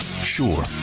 Sure